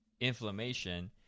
inflammation